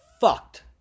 fucked